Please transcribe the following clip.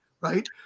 right